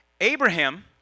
Abraham